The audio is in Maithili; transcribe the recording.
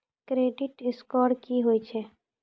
क्रेडिट स्कोर की होय छै?